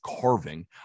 carving